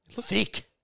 Thick